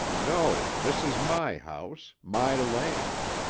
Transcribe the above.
no, this is my house, my land.